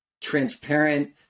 transparent